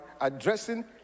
addressing